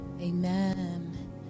amen